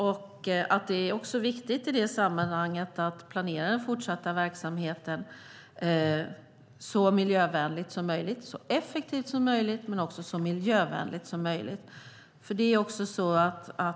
I det sammanhanget är det viktigt att planera den fortsatta verksamheten så effektivt som möjligt men också så miljövänligt som möjligt.